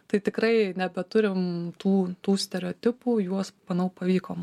tai tikrai nebeturim tų tų stereotipų juos manau pavyko